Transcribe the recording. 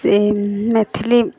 इससँ Maithili